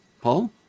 Paul